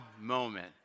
moment